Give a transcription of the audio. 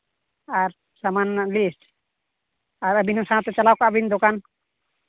ᱟᱨ ᱥᱟᱢᱟᱱ ᱨᱮᱱᱟᱜ ᱞᱤᱥᱴ ᱟᱨ ᱟᱹᱵᱤᱱ ᱦᱚᱸ ᱥᱟᱶᱛᱮ ᱪᱟᱞᱟᱣ ᱠᱚᱜᱼᱟᱹᱵᱤᱱ ᱫᱚᱠᱟᱱ